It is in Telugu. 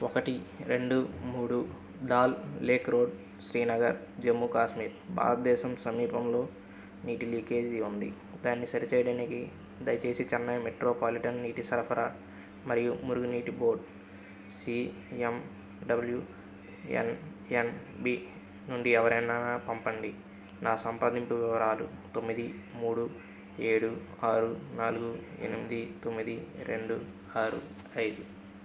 ఒకటి రెండు మూడు దాల్ లేక్ రోడ్ శ్రీనగర్ జమ్మూ కాశ్మీర్ భారతదేశం సమీపంలో నీటి లీకేజీ ఉంది దాన్ని సరిచేయడానికి దయచేసి చెన్నై మెట్రోపాలిటన్ నీటి సరఫరా మరియు మురుగునీటి బోర్డ్ సీఎండబ్ల్యూఎన్ఎన్బీ నుండి ఎవరైనా పంపండి నా సంప్రదింపు వివరాలు తొమ్మిది మూడు ఏడు ఆరు నాలుగు ఎనిమిది తొమ్మిది రెండు ఆరు ఐదు